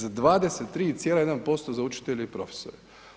Za 23,1% za učitelje i profesore.